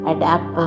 Adapt